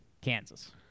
Kansas